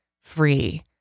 free